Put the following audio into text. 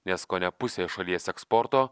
nes kone pusė šalies eksporto